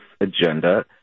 agenda